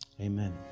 amen